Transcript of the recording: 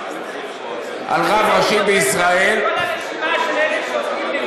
אני רוצה את כל הרשימה של אלה שעובדים,